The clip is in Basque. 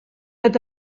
eta